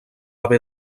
haver